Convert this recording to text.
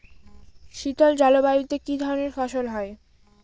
শীতল জলবায়ুতে কি ধরনের ফসল হয়?